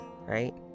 right